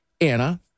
Anna